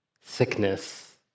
sickness